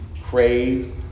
crave